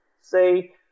say